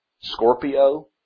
Scorpio